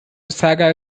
saga